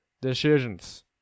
decisions